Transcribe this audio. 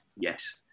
Yes